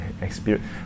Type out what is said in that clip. experience